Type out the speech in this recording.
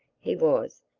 he was,